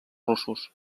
russos